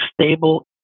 stable